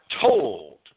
told